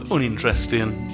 Uninteresting